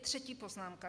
Třetí poznámka.